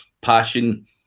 passion